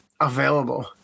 available